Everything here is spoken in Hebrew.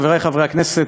חברי חברי הכנסת,